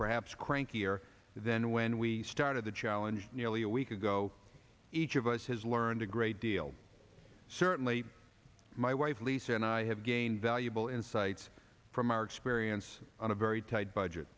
perhaps crankier than when we started the challenge nearly a week ago each of us has learned a great deal certainly my wife lisa and i have gained valuable insights from our experience on a very tight budget